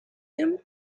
him